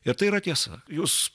ir tai yra tiesa jūs